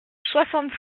soixante